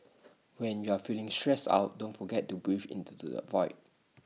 when you are feeling stressed out don't forget to breathe into the void